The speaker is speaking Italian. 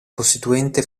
costituente